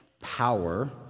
power